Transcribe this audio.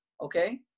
okay